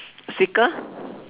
speaker